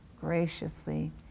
graciously